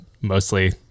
mostly